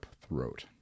throat